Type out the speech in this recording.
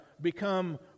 become